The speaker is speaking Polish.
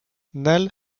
nel